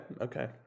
okay